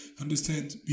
understand